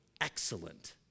excellent